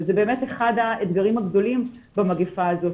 וזה באמת אחד האתגרים הגדולים במגיפה הזאת,